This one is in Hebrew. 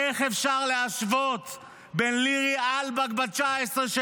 איך אפשר להשוות בין לירי אלבג שלנו, בת 19,